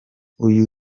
uyu